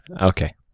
Okay